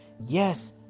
Yes